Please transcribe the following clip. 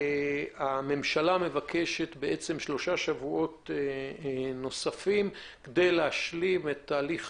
הממשלה מבקשת שלושה שבועות נוספים כדי להשלים את תהליך